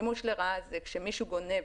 שימוש לרעה זה כשמישהו גונב